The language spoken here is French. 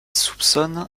soupçonne